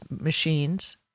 machines